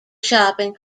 shopping